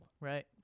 Right